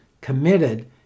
committed